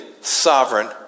sovereign